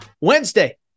Wednesday